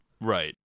right